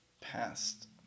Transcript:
past